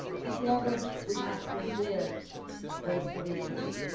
together, we have to live those solutions.